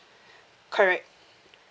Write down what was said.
correct